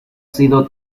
sido